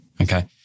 okay